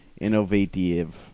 innovative